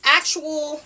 actual